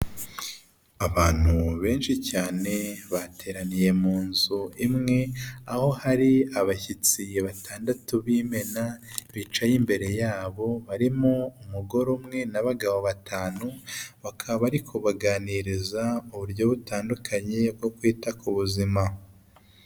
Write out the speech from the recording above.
Abantu benshi cyane, bateraniye mu nzu imwe, aho hari abashyitsi batandatu b'imena bicaye imbere yabo, barimo umugore umwe n'abagabo batanu, bakaba bari kubaganiriza uburyo butandukanye bwo kwita ku buzima.